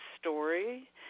story